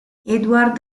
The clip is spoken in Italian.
edward